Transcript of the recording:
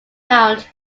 mount